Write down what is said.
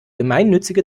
gemeinnützige